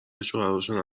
شوهراشون